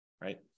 right